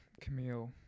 Camille